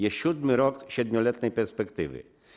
Jest siódmy rok siedmioletniej perspektywy.